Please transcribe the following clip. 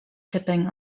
tipping